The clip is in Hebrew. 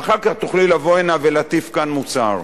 ואחר כך תוכלי לבוא הנה ולהטיף כאן מוסר.